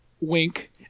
Wink